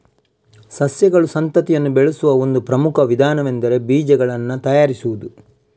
ಸಸ್ಯಗಳು ಸಂತತಿಯನ್ನ ಬೆಳೆಸುವ ಒಂದು ಪ್ರಮುಖ ವಿಧಾನವೆಂದರೆ ಬೀಜಗಳನ್ನ ತಯಾರಿಸುದು